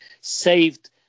saved